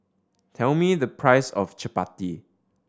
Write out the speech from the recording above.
tell me the price of chappati